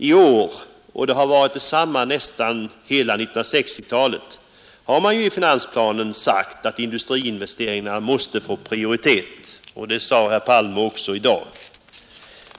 I år, och detsamma har varit fallet under nästan hela 1960-talet, har man i finansplanen skrivit att industriinvesteringarna måste få prioritet, och det sade herr Palme också i dag.